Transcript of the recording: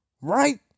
Right